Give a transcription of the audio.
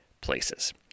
places